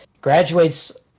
graduates